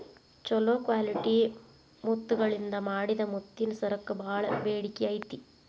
ಚೊಲೋ ಕ್ವಾಲಿಟಿ ಮುತ್ತಗಳಿಂದ ಮಾಡಿದ ಮುತ್ತಿನ ಸರಕ್ಕ ಬಾಳ ಬೇಡಿಕೆ ಐತಿ